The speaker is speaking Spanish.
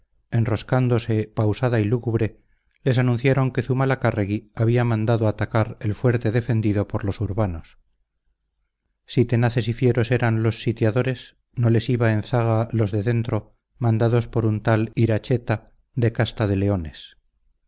salía enroscándose pausada y lúgubre les anunciaron que zumalacárregui había mandado atacar el fuerte defendido por los urbanos si tenaces y fieros eran los sitiadores no les iban en zaga los de dentro mandados por un tal iracheta de casta de leones